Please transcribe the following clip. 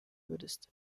würdest